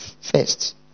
first